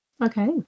Okay